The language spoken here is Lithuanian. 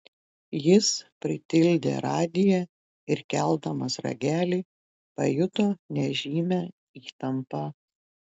jis pritildė radiją ir keldamas ragelį pajuto nežymią įtampą